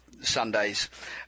Sunday's